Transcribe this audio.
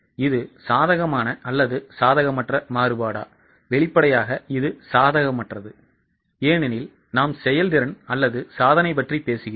இது சாதகமான அல்லது சாதகமற்ற மாறுபாடாவெளிப்படையாக இது சாதகமற்றது ஏனெனில் நாம் செயல்திறன் அல்லது சாதனை பற்றி பேசுகிறோம்